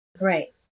Right